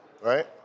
Right